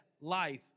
life